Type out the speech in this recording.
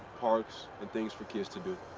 parks and things for kids to do.